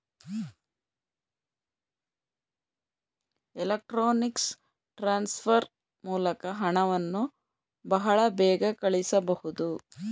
electronics transfer ಮೂಲಕ ಹಣವನ್ನು ಬಹಳ ಬೇಗ ಕಳಿಸಬಹುದು